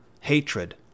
hatred